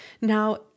Now